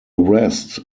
rest